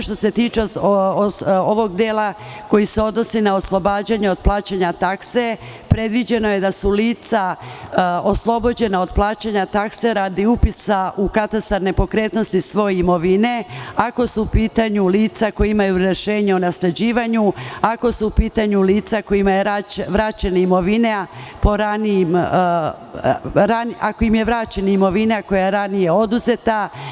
Što se tiče ovog dela koji se odnosi na oslobađanje od plaćanje takse, predviđeno je da su lica oslobođena od plaćanje takse radi upisa u katastar nepokretnosti svoje imovine, ako su u pitanju lica koja imaju rešenje o nasleđivanju, ako su u pitanju lica kojima je vraćena imovina koja je ranije oduzeta.